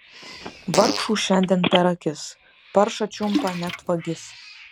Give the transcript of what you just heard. vargšų šiandien per akis paršą čiumpa net vagis